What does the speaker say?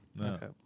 Okay